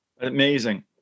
Amazing